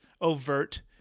overt